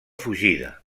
fugida